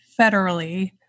federally